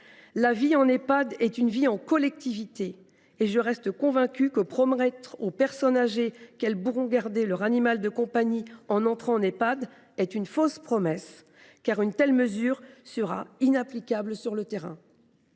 la vie en Ehpad est une vie en collectivité. Je reste convaincue que promettre aux personnes âgées qu’elles pourront garder leur animal de compagnie en entrant en Ehpad est une fausse promesse, car une telle mesure sera inapplicable sur le terrain.